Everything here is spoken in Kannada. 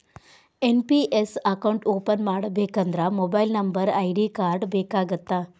ಎನ್.ಪಿ.ಎಸ್ ಅಕೌಂಟ್ ಓಪನ್ ಮಾಡಬೇಕಂದ್ರ ಮೊಬೈಲ್ ನಂಬರ್ ಐ.ಡಿ ಕಾರ್ಡ್ ಬೇಕಾಗತ್ತಾ?